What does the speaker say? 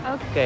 Okay